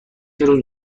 روز